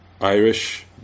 Irish